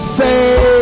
say